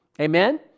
Amen